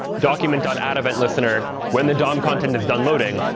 document dot add event listener, when the dom content is done loading,